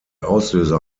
auslöser